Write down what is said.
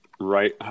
right